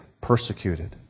persecuted